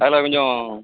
அதில் கொஞ்சம்